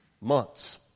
Months